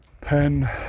pen